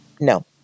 No